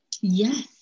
Yes